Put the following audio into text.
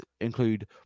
include